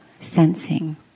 sensing